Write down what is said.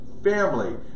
Family